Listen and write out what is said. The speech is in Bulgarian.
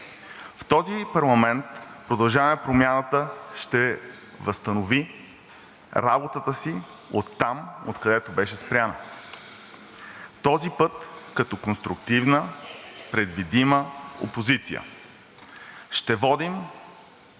В този парламент „Продължаваме Промяната“ ще възстанови работата си оттам, откъдето беше спряна, този път като конструктивна, предвидима опозиция и ще се водим